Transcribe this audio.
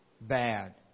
Bad